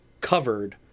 covered